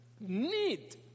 need